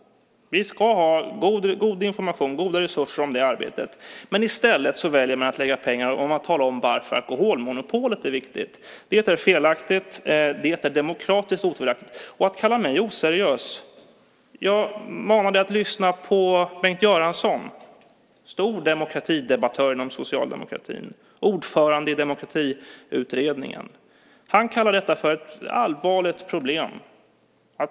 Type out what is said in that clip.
Vi ska ha god information och goda resurser för det arbetet. I stället väljer man att lägga pengar på att tala om varför alkoholmonopolet är viktigt. Det är felaktigt, det är demokratiskt ofördelaktigt. Sedan kallar man mig oseriös. Jag lyssnade på Bengt Göransson, en stor demokratidebattör inom socialdemokratin, ordförande i Demokratiutredningen. Han kallar detta för ett allvarligt problem.